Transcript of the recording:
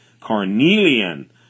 carnelian